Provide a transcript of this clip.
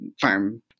farm